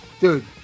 Dude